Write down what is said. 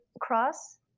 Cross